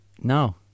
No